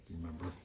remember